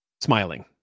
smiling